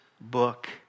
book